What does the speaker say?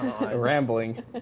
Rambling